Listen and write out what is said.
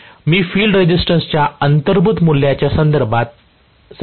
मी field रेझिस्टन्सच्या अंतर्भूत मूल्याच्या संदर्भात याबद्दल बोलत आहे